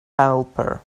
helper